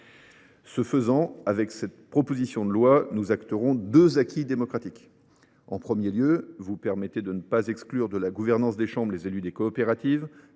Ce faisant, avec cette proposition de loi, nous acterons deux acquis démocratiques. Tout d’abord, vous permettez avec ce texte de ne plus exclure de la gouvernance des chambres les élus des coopératives.